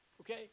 Okay